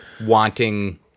wanting